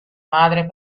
madre